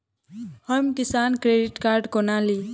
हम किसान credit card कोना ली?